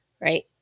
right